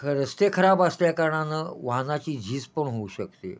ख रस्ते खराब असल्याकारणानं वाहनाची झिज पण होऊ शकते